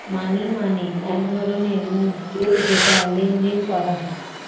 মানি মানে এক ধরণের মুদ্রা যেটা লেনদেন করা হয়